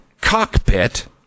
cockpit